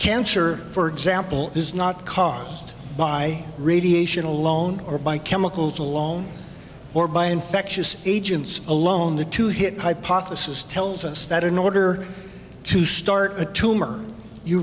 cancer for example is not caused by radiation alone or by chemicals alone or by infectious agents alone the two hit hypothesis tells us that in order to start a tumor you